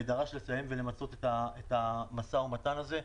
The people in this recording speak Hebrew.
ודרש לסיים ולמצות את המשא-ומתן הזה.